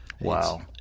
Wow